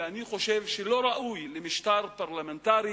ואני חושב שלא ראוי למשטר פרלמנטרי